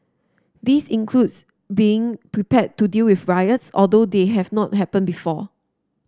these includes being prepared to deal with riots although they have not happened before